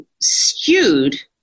skewed